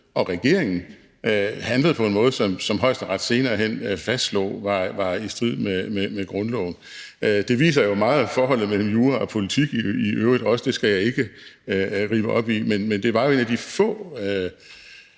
og regeringen – handlede på en måde, som Højesteret senere hen fastslog var i strid med grundloven. Det viser jo i øvrigt også meget forholdet mellem jura og politik, og jeg skal ikke rippe op i det. Men det var jo en af de få